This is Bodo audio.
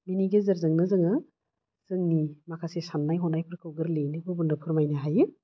बिनि गेजेरजोंनो जोङो जोंनि माखासे साननाय हनायफोरखौ गोरलैयैनो गुबुनो फोरमायनो हायो